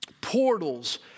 Portals